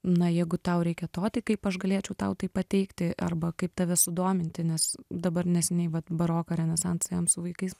na jeigu tau reikia to tai kaip aš galėčiau tau tai pateikti arba kaip tave sudominti nes dabar neseniai vat baroką renesansą ėjom su vaikais